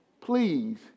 Please